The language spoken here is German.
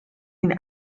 den